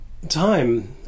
time